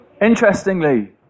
Interestingly